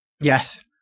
yes